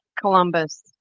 Columbus